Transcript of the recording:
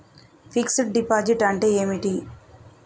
Fix డ్ deposit అంటే ఏమిటి?